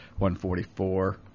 144